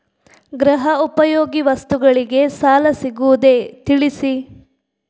ಗೃಹ ಉಪಯೋಗಿ ವಸ್ತುಗಳಿಗೆ ಸಾಲ ಸಿಗುವುದೇ ತಿಳಿಸಿ?